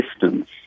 distance